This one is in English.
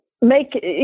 make